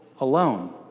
alone